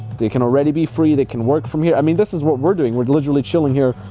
they can already be free, they can work from here, i mean, this is what we're doing. we're literally chilling here,